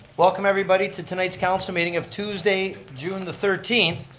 welcome everybody to tonight's council meeting of tuesday, june the thirteenth.